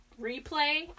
replay